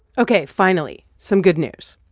ok. finally, some good news.